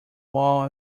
wall